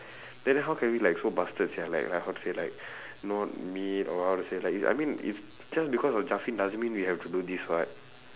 then then how can we like so bastard sia like like how to say like not meet or how to say like this I mean it's just because of doesn't mean we have to do this [what]